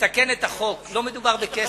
לתקן את החוק, לא מדובר בכסף.